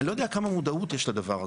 אבל אני לא יודע כמה מודעות באמת יש לדבר הזה.